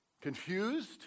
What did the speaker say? Confused